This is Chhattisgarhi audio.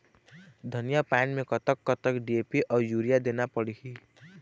धनिया पान मे कतक कतक डी.ए.पी अऊ यूरिया देना पड़ही?